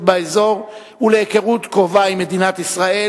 באזור ולהיכרות קרובה עם מדינת ישראל,